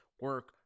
Work